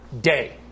day